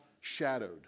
shadowed